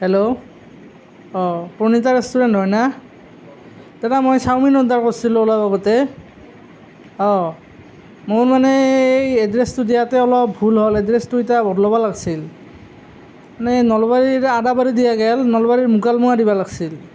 hello অঁ Pranita restaurant হয়নে দাদা মই চাওমিন অৰ্ডাৰ কৰিছিলোঁ অলপ আগতে অঁ মোৰ মানে এ এই এড্ৰেছটো দিয়াতে অলপ ভুল হ'ল এড্ৰেছটো এতিয়া বদলাব লাগিছিল মানে নলবাৰীৰ আদাবাৰী দিয়া গ'ল নলবাৰীৰ মুকালমুৱা দিব লাগিছিল